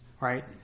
Right